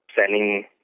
sending